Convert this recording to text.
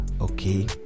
Okay